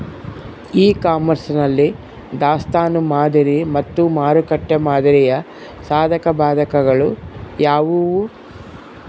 E commerce ನಲ್ಲಿ ದಾಸ್ತನು ಮಾದರಿ ಮತ್ತು ಮಾರುಕಟ್ಟೆ ಮಾದರಿಯ ಸಾಧಕಬಾಧಕಗಳು ಯಾವುವು?